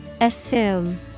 Assume